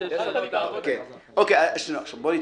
בואו נתקדם.